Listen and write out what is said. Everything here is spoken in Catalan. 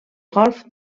golf